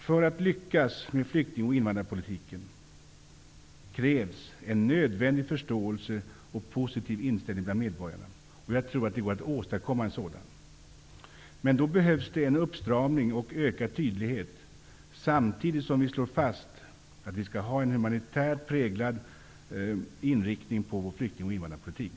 För att flykting och invandringspolitiken skall lyckas krävs en nödvändig förståelse och en positiv inställning bland medborgarna, och jag tror att det går att åstadkomma. Men då behövs en uppstramning och ökad tydlighet, samtidigt som vi slår fast att vi skall ha en humanitärt präglad inriktning av vår flykting och invandrarpolitik.